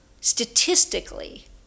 Statistically